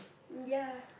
ya